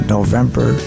November